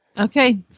Okay